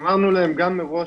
אמרנו להם גם מראש,